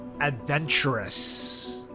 Adventurous